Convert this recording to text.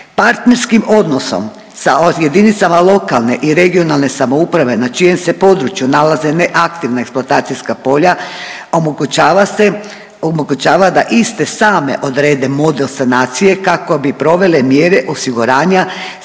Partnerskim odnosa sa jedinicama lokalne i regionalne samouprave na čijem se području nalaze neaktivna eksploatacijska polja omogućava se, omogućava da iste same odrede model sanacije kako bi provele mjere osiguranja